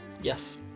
Yes